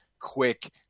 quick